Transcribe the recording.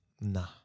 nah